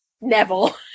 Neville